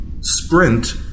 Sprint